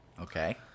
Okay